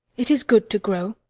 it is good to grow.